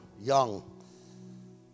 young